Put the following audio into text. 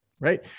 right